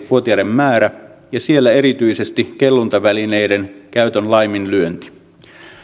vuotiaiden määrä ja siellä erityisesti kelluntavälineiden käytön laiminlyönti